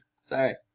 Sorry